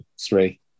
three